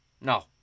no